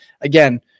again